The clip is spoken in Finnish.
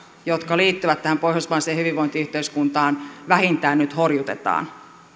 jotka liittyvät tähän pohjoismaiseen hyvinvointiyhteiskuntaan vähintään nyt horjutetaan